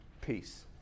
peace